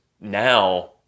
now